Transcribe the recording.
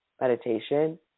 meditation